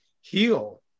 heal